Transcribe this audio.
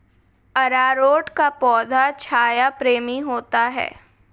अरारोट का पौधा छाया प्रेमी होता है